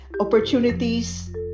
opportunities